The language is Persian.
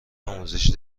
آموزشی